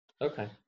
okay